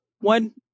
one